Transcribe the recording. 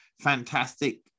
fantastic